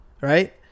Right